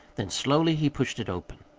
then slowly he pushed it open.